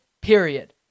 period